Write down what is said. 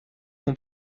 son